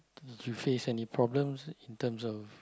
did you face any problems in terms of